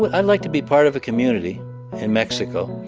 but i'd like to be part of a community in mexico.